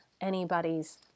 anybody's